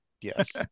Yes